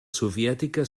soviètica